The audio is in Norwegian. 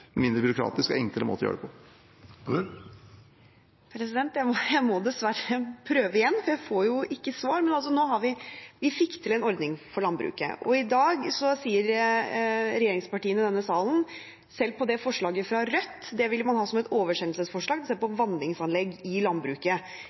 mindre byråkratisk og enklere måte å gjøre det på. Jeg må dessverre prøve igjen, for jeg får jo ikke svar. Vi fikk til en ordning for landbruket, og i dag sa regjeringspartiene i denne salen at man vil ha selv forslaget fra Rødt – å se på vanningsanlegg i landbruket – som et oversendelsesforslag. Nok en problemstilling som dukker opp. Og så fant man en løsning på